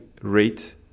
rate